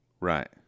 Right